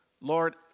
Lord